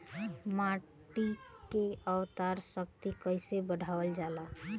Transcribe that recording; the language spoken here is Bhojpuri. माटी के उर्वता शक्ति कइसे बढ़ावल जाला?